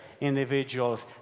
individuals